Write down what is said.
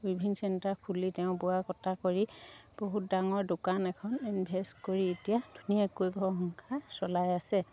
weaving centre খুলি তেওঁ বোৱা কটা কৰি বহুত ডাঙৰ দোকান এখন ইনভেষ্ট কৰি এতিয়া ধুনীয়াকৈ ঘৰ সংসাৰ চলাই আছে